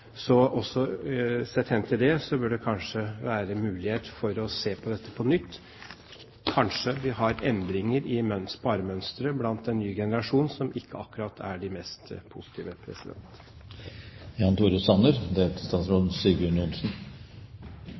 sett hen til det bør det være mulighet for å se på dette på nytt. Kanskje har vi endringer i sparemønsteret til en ny generasjon som ikke akkurat er av de mest positive.